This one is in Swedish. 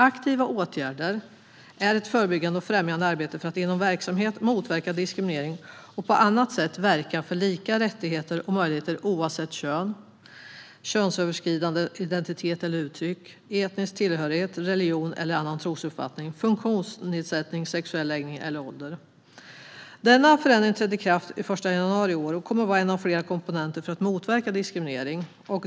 Aktiva åtgärder är ett förebyggande och främjande arbete för att inom en verksamhet motverka diskriminering och på annat sätt verka för lika rättigheter och möjligheter oavsett kön, könsöverskridande identitet eller uttryck, etnisk tillhörighet, religion eller annan trosuppfattning, funktionsnedsättning, sexuell läggning eller ålder. Denna förändring trädde i kraft den 1 januari i år och kommer att vara en av flera komponenter för att motverka diskriminering.